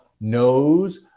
knows